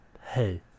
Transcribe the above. hey